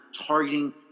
targeting